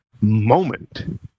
moment